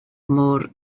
môr